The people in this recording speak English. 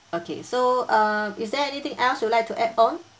okay so uh is there anything else you'd like to add on